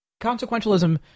consequentialism